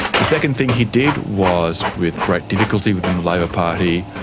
the second thing he did was, with great difficulty within the labor party,